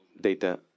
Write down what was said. data